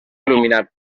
il·luminat